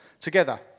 together